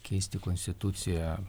keisti konstituciją